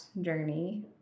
journey